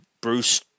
bruce